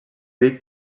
vic